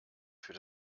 für